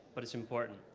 but it's important.